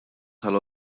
tal